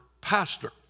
pastor